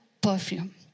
perfume